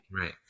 right